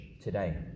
today